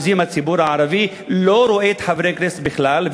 מהציבור הערבי לא רואים את חברי הכנסת בכלל,